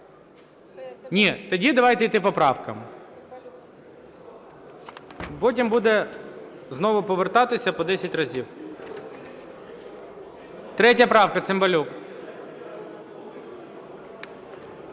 Ні, тоді давайте йти по поправках. Потім будемо знову повертатися по десять разів. 3 правка. Цимбалюк.